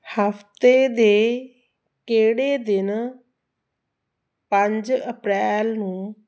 ਹਫ਼ਤੇ ਦੇ ਕਿਹੜੇ ਦਿਨ ਪੰਜ ਅਪ੍ਰੈਲ ਨੂੰ